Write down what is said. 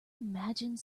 imagine